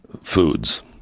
foods